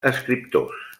escriptors